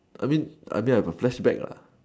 I mean I mean I got flashback lah